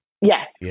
Yes